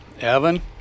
Evan